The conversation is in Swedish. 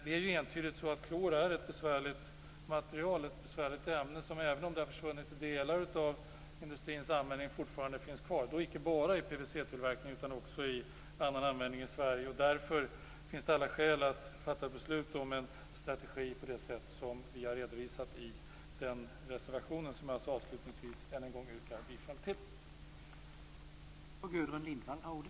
Det är entydigt så att klor är ett besvärligt ämne. Även om delar av det har försvunnit i industrins användning, finns det fortfarande kvar. Då icke bara i PVC-tillverkningen, utan också i annan användning. Därför finns det alla skäl att fatta beslut om en strategi på det sätt som vi har redovisat i den reservation som jag avslutningsvis än en gång yrkar bifall till.